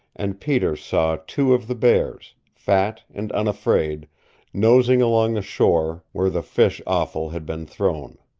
and peter saw two of the bears fat and unafraid nosing along the shore where the fish offal had been thrown.